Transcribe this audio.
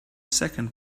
second